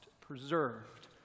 preserved